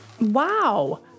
Wow